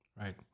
Right